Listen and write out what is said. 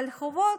אבל בחובות,